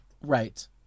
Right